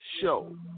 show